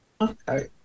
okay